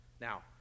Now